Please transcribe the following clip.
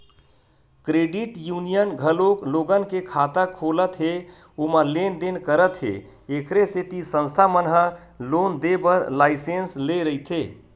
credit union घलोक लोगन के खाता खोलत हे ओमा लेन देन करत हे एखरे सेती संस्था मन ह लोन देय बर लाइसेंस लेय रहिथे